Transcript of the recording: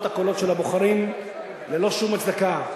את הקולות של הבוחרים ללא שום הצדקה.